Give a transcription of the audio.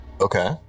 Okay